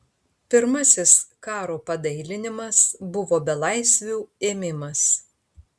pirmasis karo padailinimas buvo belaisvių ėmimas